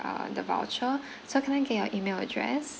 uh the voucher so can I get your email address